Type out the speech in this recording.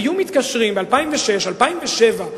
היו מתקשרים ב-2006 2007,